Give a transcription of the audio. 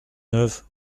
neuf